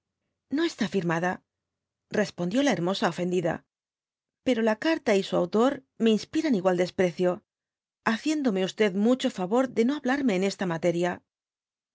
no está firmada respondió la hermosa ofendida pero la carta y su autor me inspiran igual desprecio haciéndome s mucho favor de no hablarme en esta materia